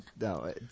no